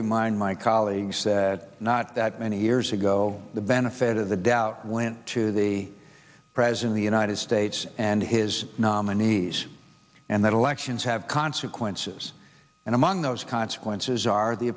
remind my colleagues that not that many years ago the benefit of the doubt went to the pres in the united states and his nominees and that elections have consequences and among those consequences are the